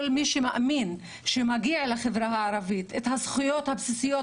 כל מי שמאמין שמגיע לחברה הערבית את הזכויות הבסיסיות